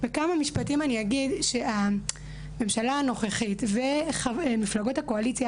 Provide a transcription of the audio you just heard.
בכמה משפטים אני אגיד שהממשלה הנוכחית ומפלגות הקואליציה